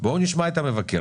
בואו נשמע את המבקר.